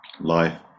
Life